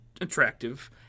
attractive